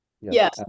Yes